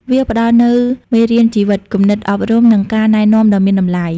វាផ្តល់នូវមេរៀនជីវិត គំនិតអប់រំ និងការណែនាំដ៏មានតម្លៃ។